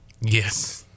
yes